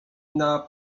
ne’a